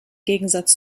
gegensatz